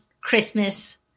Christmas